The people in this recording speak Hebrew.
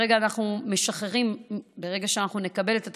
ברגע שנקבל את התקציב,